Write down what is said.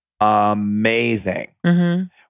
amazing